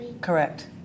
Correct